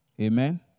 Amen